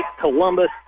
columbus